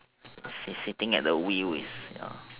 sit sitting at the wheel is